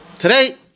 Today